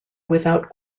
without